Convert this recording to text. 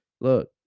look